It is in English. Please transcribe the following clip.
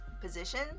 position